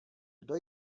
kdo